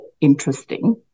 interesting